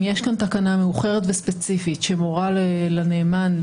אם יש כאן תקנה מאוחרת וספציפית שמורה לנאמן,